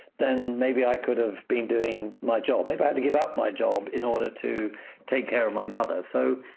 then maybe i could've been doing my job. maybe i had to give up my job in order to take care of my mother. so